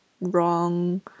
wrong